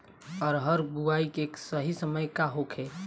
अरहर बुआई के सही समय का होखे?